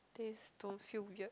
taste don't feel weird